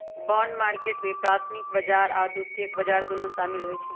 bond market में प्राथमिक बजार आऽ द्वितीयक बजार दुन्नो सामिल होइ छइ